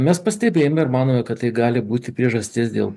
mes pastebėjome ir manome kad tai gali būti priežastis dėl